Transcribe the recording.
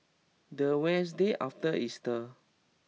the Wednesday after Easter